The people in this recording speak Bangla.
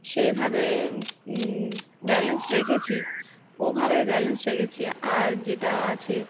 সেইভাবে ব্যালেন্স রেখেছি ওভাবেই ব্যালেন্স রেখেছি আর যেটা আছে